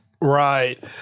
Right